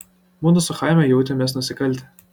mudu su chaime jautėmės nusikaltę